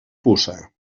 puça